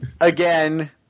Again